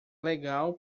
legal